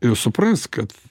ir supras kad